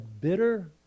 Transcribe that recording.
bitter